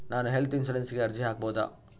ನಾನು ಹೆಲ್ತ್ ಇನ್ಶೂರೆನ್ಸಿಗೆ ಅರ್ಜಿ ಹಾಕಬಹುದಾ?